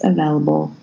Available